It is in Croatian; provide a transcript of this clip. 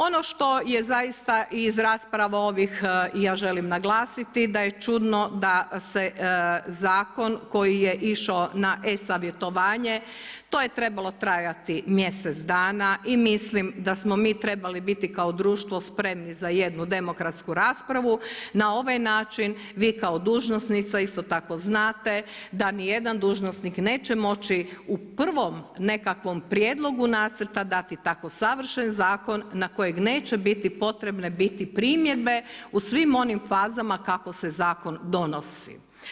Ono što je zaista iz rasprava ovih i ja želim naglasiti da je čudno da se zakon koji je išao na e-savjetovanje, to je trebalo trajati mjesec dana i mislim da smo mi trebali biti kao društvo spremni za jednu demokratsku raspravu, na ovaj način vi kao dužnosnica isto tako znate da ni jedan dužnosnik neće moći u prvom nekakvom prijedlogu nacrta dati tako savršen zakon na kojeg neće biti potrebne biti primjedbe u svim onim fazama kako se zakon donosi.